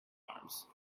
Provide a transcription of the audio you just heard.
arms